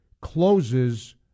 closes